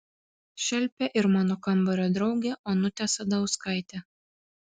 šelpė ir mano kambario draugę onutę sadauskaitę